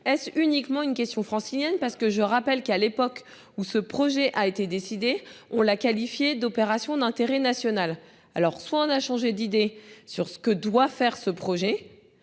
est-ce uniquement une question francilienne parce que je rappelle qu'à l'époque où ce projet a été décidé, on l'a qualifiée d'opération d'intérêt national. Alors soit on a changé d'idée sur ce que doit faire ce projet.